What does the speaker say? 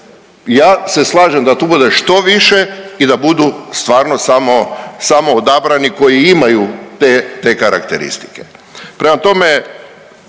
ja se slažem da tu bude što više i da budu stvarno samo, samo odabrani koji imaju te karakteristike. Prema tome,